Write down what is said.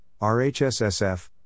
RHSSF